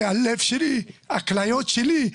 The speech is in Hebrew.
הלב שלי, הכליות שלי.